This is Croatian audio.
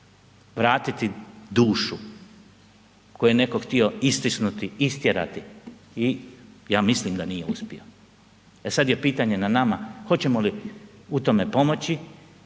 vratiti dušu, koju je netko htio istisnuti, istjerati i ja mislim da nije uspio. E sad je pitanje na nama hoćemo li u tome pomoći